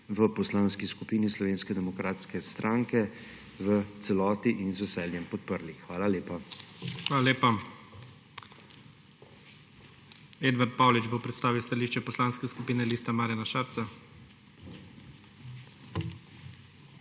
v Poslanski skupini Slovenske demokratske stranke v celoti in z veseljem podprli. Hvala lepa. **PREDSEDNIK IGOR ZORČIČ:** Hvala lepa. Edvard Paulič bo predstavil stališče Poslanske skupine Liste Marjana Šarca.